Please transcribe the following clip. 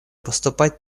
поступать